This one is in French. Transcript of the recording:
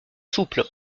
souple